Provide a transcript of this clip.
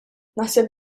naħseb